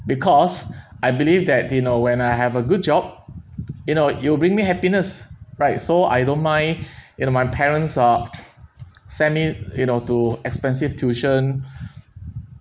because I believe that they know when I have a good job you know it'll bring me happiness right so I don't mind you know my parents uh sent me you know to expensive tuition